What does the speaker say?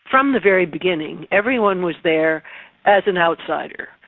from the very beginning everyone was there as an outsider.